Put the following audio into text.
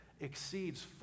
exceeds